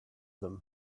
them